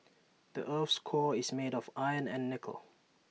the Earth's core is made of iron and nickel